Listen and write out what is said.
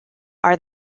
are